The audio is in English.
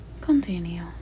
Continue